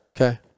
okay